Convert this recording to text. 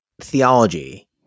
theology